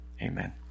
Amen